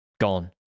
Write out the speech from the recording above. gone